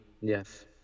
Yes